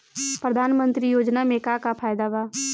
प्रधानमंत्री योजना मे का का फायदा बा?